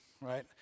right